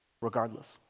Regardless